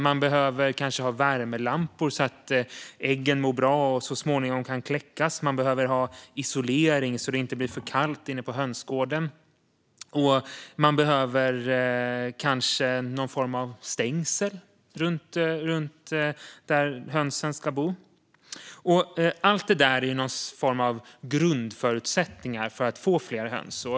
Man behöver kanske värmelampor, så att äggen mår bra och så småningom kan kläckas. Man behöver ha isolering, så att det inte blir för kallt på hönsgården. Man behöver kanske någon form av stängsel runt den plats där hönsen bor. Allt detta är alltså grundförutsättningar för att man ska få fler höns.